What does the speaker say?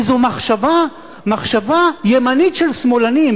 איזו מחשבה ימנית של שמאלנים,